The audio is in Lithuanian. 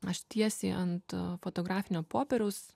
aš tiesiai ant fotografinio popieriaus